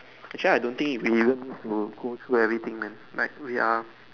actually I don't think we even need to go through everything man like we are